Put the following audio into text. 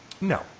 No